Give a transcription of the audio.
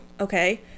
okay